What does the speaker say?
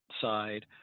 side